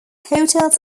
hotels